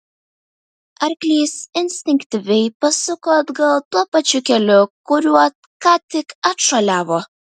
arklys instinktyviai pasuko atgal tuo pačiu keliu kuriuo ką tik atšuoliavo